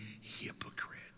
hypocrite